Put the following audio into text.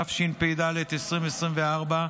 התשפ"ד 2024,